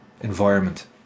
environment